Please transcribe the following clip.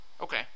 Okay